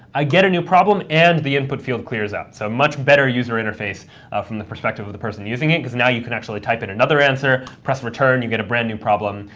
i get a new problem and the input field clears out. so much better user interface from the perspective of the person using it, because now you can actually type in another answer, press return and you get a brand new problem.